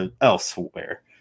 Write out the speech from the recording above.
Elsewhere